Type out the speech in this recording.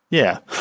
yeah,